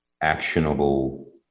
actionable